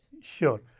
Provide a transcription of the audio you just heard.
Sure